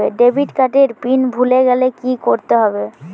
Debit card এর PIN ভুলে গেলে কি করতে হবে?